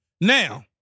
Now